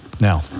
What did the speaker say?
Now